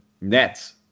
Nets